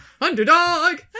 underdog